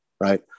right